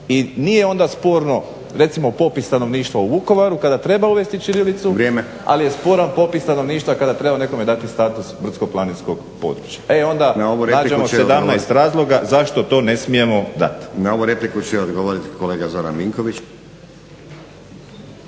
I nije onda sporno, recimo popis stanovništva u Vukovaru kada treba uvesti ćirilicu, …/Upadica Stazić: Vrijeme./… ali je sporan popis stanovništva kada treba nekome dati status brdsko-planinskog područja, e onda nađemo 17 razloga zašto to ne smijemo dat. **Stazić, Nenad (SDP)** Na ovu repliku će odgovorit kolega Zoran Vinković.